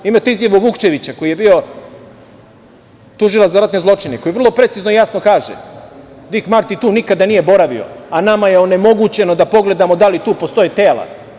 Imate izjavu Vukčevića, koji je bio tužilac za ratne zločine, koji vrlo precizno i jasno kaže – Dik Marti tu nikada nije boravio, a nama je onemogućeno da pogledamo da li tu postoje tela.